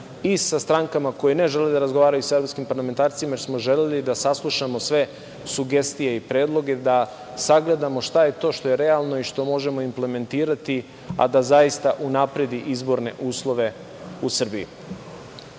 i sa strankama koje ne žele da razgovaraju sa evropskim parlamentarcima, jer smo želeli da saslušamo sve sugestije i predloge, da sagledamo šta je to što je realno i što možemo implementirati, a da zaista unapredi izborne uslove u